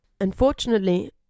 unfortunately